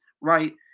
right